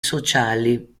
sociali